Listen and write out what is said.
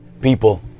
people